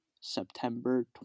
September